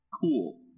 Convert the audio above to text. Cool